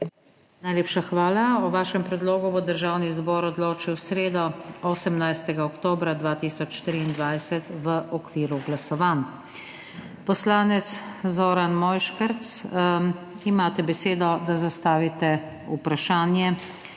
Najlepša hvala. O vašem predlogu bo Državni zbor odločil v sredo 18. oktobra 2023 v okviru glasovanj. Poslanec Zoran Mojškerc, imate besedo, da zastavite vprašanje